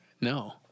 No